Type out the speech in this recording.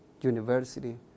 University